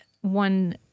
one